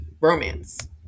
romance